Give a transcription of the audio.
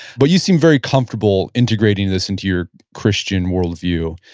but you seem very comfortable integrating this into your christian worldview.